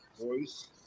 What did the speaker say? voice